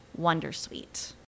wondersuite